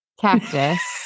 cactus